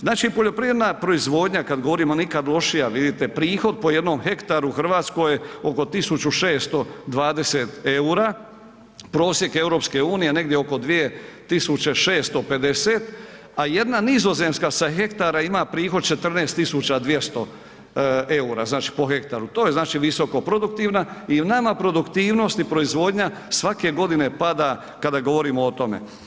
Znači, poljoprivredna proizvodnja kad govorimo nikad lošija, vidite prihod po jednom hektaru u RH je oko 1.620,00 EUR-a, prosjek EU je negdje oko 2650, a jedna Nizozemska sa hektara ima prihod 14.200,00 EUR-a, znači po hektaru, to je znači visokoproduktivna i nama produktivnost i proizvodnja svake godine pada kada govorimo o tome.